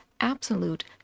absolute